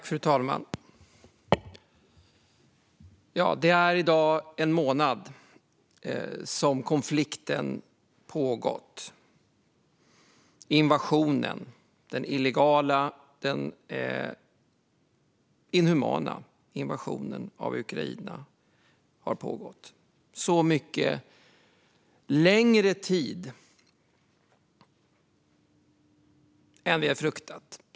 Fru talman! Det är i dag en månad som konflikten, invasionen, den illegala och inhumana invasionen, av Ukraina har pågått. Det är så mycket längre tid än vi har fruktat.